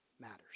matters